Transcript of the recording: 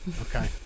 Okay